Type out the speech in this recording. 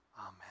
Amen